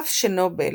אף שנובל